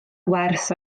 wers